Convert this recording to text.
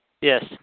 Yes